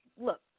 look